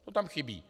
To tam chybí.